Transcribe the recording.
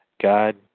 God